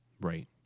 Right